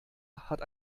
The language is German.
hat